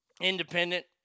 independent